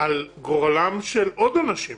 על גורלם של עוד אנשים